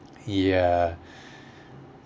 ya